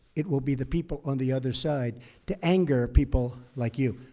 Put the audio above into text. it will be the people on the other side to anger people like you.